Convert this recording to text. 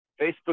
Facebook